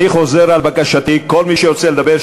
אני חוזר על בקשתי: כל מי שרוצה לדבר,